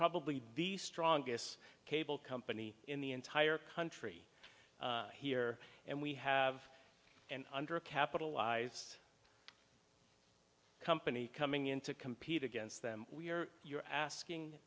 probably the strongest cable company in the entire country here and we have and under capitalized company coming in to compete against them we are you're asking